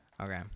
Okay